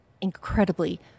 incredibly